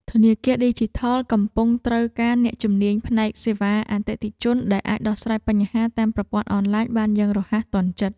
ធនាគារឌីជីថលកំពុងត្រូវការអ្នកជំនាញផ្នែកសេវាអតិថិជនដែលអាចដោះស្រាយបញ្ហាតាមប្រព័ន្ធអនឡាញបានយ៉ាងរហ័សទាន់ចិត្ត។